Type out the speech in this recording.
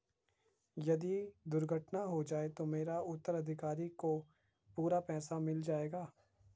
यदि दुर्घटना हो जाये तो मेरे उत्तराधिकारी को पूरा पैसा मिल जाएगा?